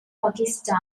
pakistan